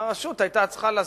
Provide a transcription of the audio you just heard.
הרשות היתה צריכה לזוז,